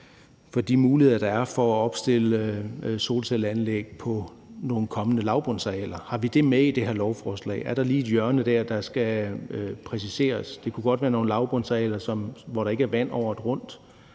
for de muligheder, der er for at opstille solcelleanlæg på nogle kommende lavbundsarealer. Har vi det med i det her lovforslag? Er der lige et hjørne der, der skal præciseres? Det kunne godt være nogle lavbundsarealer, hvor der ikke er vand året rundt.